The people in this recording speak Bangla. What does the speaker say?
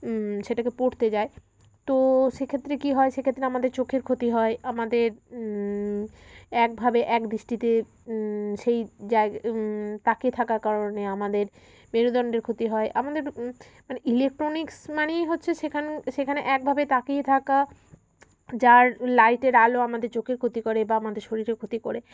সেটাকে পড়তে যায় তো সেক্ষেত্রে কী হয় সেক্ষেত্রে আমাদের চোখের ক্ষতি হয় আমাদের একভাবে এক দৃষ্টিতে সেই জায়গ তাকিয়ে থাকার কারণে আমাদের মেরুদণ্ডের ক্ষতি হয় আমাদের মানে ইলেকট্রনিক্স মানেই হচ্ছে সেখান সেখানে একভাবে তাকিয়েই থাকা যার লাইটের আলো আমাদের চোখের ক্ষতি করে বা আমাদের শরীরের ক্ষতি করে